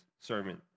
sermon